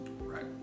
Right